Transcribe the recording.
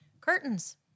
Curtains